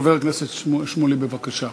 חבר הכנסת שמולי, בבקשה.